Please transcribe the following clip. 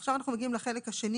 עכשיו מגיעים לחלק השני